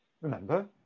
Remember